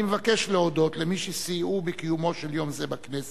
אני מבקש להודות למי שסייעו בקיומו של יום זה בכנסת,